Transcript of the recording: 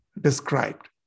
described